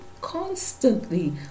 constantly